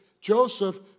Joseph